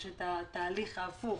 יש התהליך ההפוך.